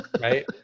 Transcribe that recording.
right